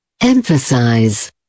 Emphasize